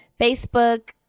facebook